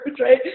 right